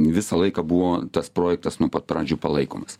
visą laiką buvo tas projektas nuo pat pradžių palaikomas